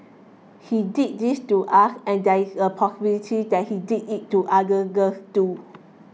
he did this to us and there is a possibility that he did it to other girls too